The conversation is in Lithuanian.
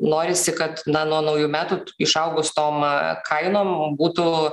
norisi kad na nuo naujų metų išaugus tom kainom būtų